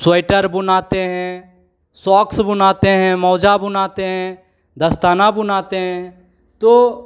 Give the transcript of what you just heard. sweater बुनाते हैं socks बुनाते हैं मोजा बुनाते हैं दस्ताना बुनाते हैं तो